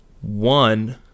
one